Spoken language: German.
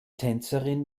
tänzerin